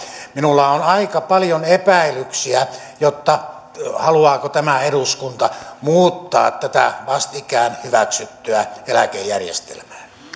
minulla on aika paljon epäilyksiä haluaako tämä eduskunta muuttaa tätä vastikään hyväksyttyä eläkejärjestelmää